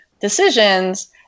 decisions